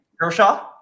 Kershaw